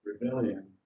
rebellion